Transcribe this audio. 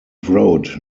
wrote